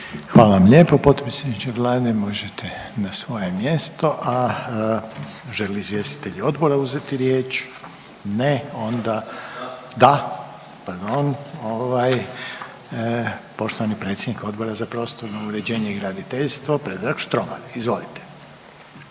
Hvala vam lijepo potpredsjedniče Vlade, možete na svoje mjesto, a žele li izvjestitelji odbora uzeti riječ? Ne, onda… …/Upadica Štromar: Da/… Da, pardon, ovaj poštovani predsjednik Odbora za prostorno uređenje i graditeljstvo Predrag Štromar, izvolite.